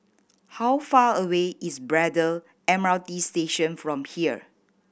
how far away is Braddell M R T Station from here